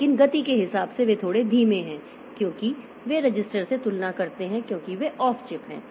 लेकिन गति के हिसाब से वे थोड़े धीमे हैं क्योंकि वे रजिस्टर से तुलना करते हैं क्योंकि वे ऑफ चिप हैं